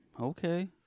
Okay